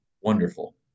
wonderful